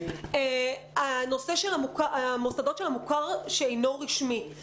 הנושא של המוסדות של המוכר שאינו רשמי.